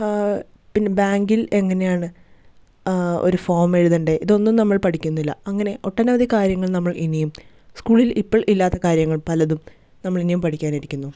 പിന്നെ ബാങ്കിൽ എങ്ങനെയാണ് ഒരു ഫോം എഴുതേണ്ടത് ഇതൊന്നും നമ്മൾ പഠിക്കുന്നില്ല അങ്ങനെ ഒട്ടനവധി കാര്യങ്ങൾ നമ്മൾ ഇനിയും സ്കൂളിൽ ഇപ്പോള് ഇല്ലാത്ത കാര്യങ്ങൾ പലതും നമ്മള് ഇനിയും പഠിക്കാൻ ഇരിക്കുന്നു